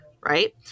right